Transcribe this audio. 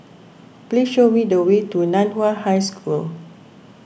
please show me the way to Nan Hua High School